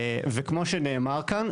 וכמו שנאמר כאן,